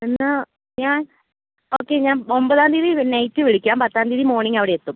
എന്നാൽ ഞാൻ ഓക്കെ ഞാൻ ഒമ്പതാം തീയതി നൈറ്റ് വിളിക്കാം പത്താം തീയതി മോർണിംഗ് അവിടെയെത്തും